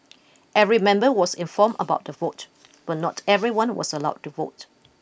every member was informed about the vote but not everyone was allowed to vote